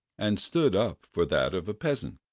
and stood up for that of a peasant.